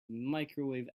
microwave